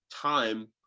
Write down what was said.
time